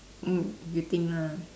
mm you think lah